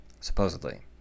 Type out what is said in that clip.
supposedly